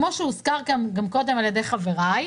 כמו שהוזכר כאן קודם על ידי חבריי,